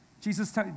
Jesus